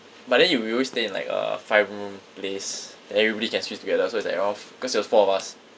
but then we we always stay in like a five room place then everybody can squeeze together so it's like around f~ because it was four of us